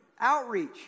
outreach